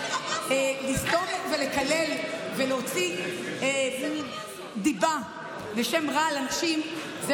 לסתום ולקלל ולהוציא דיבה ושם רע לאנשים זה